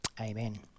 Amen